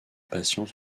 patient